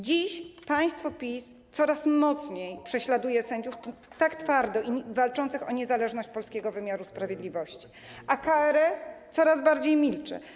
Dziś państwo PiS coraz mocniej prześladuje sędziów tak twardo walczących o niezależność polskiego wymiaru sprawiedliwości, a KRS coraz bardziej milczy.